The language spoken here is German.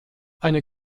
eine